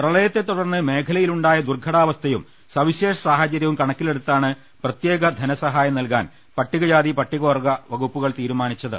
പ്രളയത്തെ തുടർന്ന് മേഖല യിലുണ്ടായ ദുർഘടാവസ്ഥയും സവിശേഷ സാഹചരൃവും കണക്കിലെ ടുത്താണ് പ്രത്യേക ധനസഹായം നൽകാൻ പട്ടികജാതി പട്ടികവർഗ്ഗ വകു പ്പുകൾ തീരുമാനിച്ചത്